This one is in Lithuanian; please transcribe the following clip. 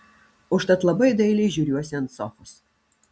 užtat labai dailiai žiūriuosi ant sofos